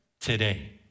today